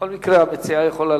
בכל מקרה, המציעה יכולה